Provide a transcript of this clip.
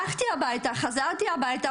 כשחזרתי הביתה,